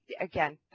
again